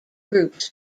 groups